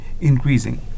increasing